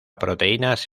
proteínas